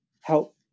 help